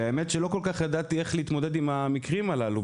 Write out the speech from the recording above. האמת שלא כל כך ידעתי איך להתמודד עם המקרים הללו.